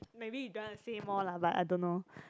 maybe he don't wanna say more lah but I don't know